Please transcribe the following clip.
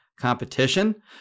competition